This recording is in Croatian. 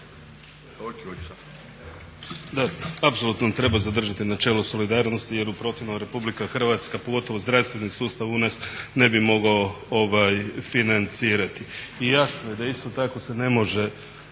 DI)** Apsolutno treba zadržati načelo solidarnosti, jer u protivnom RH pogotovo zdravstveni sustav u nas ne bi mogao financirati. I jasno je da isto tako se ne može